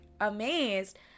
amazed